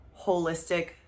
holistic